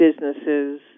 businesses